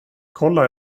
kolla